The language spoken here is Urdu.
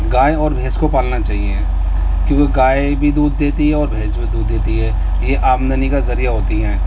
گائے اور بھینس کو پالنا چاہیے کیونکہ گائے بھی دودھ دیتی ہے اور بھینس بھی دودھ دیتی ہے یہ آمدنی کا ذریعہ ہوتی ہیں